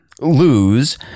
lose